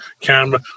camera